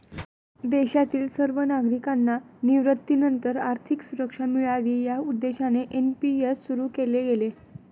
देशातील सर्व नागरिकांना निवृत्तीनंतर आर्थिक सुरक्षा मिळावी या उद्देशाने एन.पी.एस सुरु केले गेले